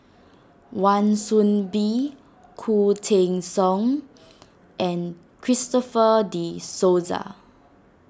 Wan Soon Bee Khoo Teng Soon and Christopher De Souza